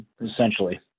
essentially